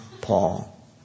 Paul